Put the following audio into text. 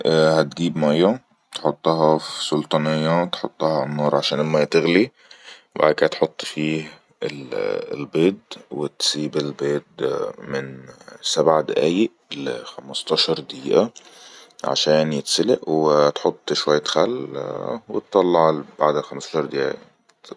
هتجيب ميه تحطها في سلطانية تحطها عالنار عشان المايه تغلي وبعدك هتحط فيه البيض وتسيب البيض من سبع دئايئ الى خمستاشر دئيئه عشان يتسلء وتحط شوية خل واتطلع بعد خمستاشر دئيئه يعني